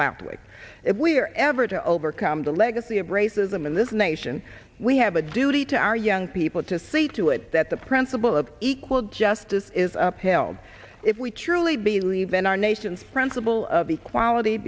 southwick if we are ever to overcome the legacy of racism in this nation we have a duty to our young people to see to it that the principle of equal justice is upheld if we truly believe in our nation's friends a bill of equality